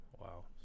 wow